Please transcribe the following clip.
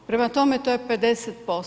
Prema tome to je 50%